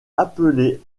appeler